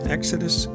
Exodus